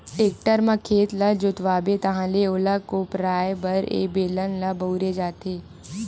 tractor म खेत ल जोतवाबे ताहाँले ओला कोपराये बर ए बेलन ल बउरे जाथे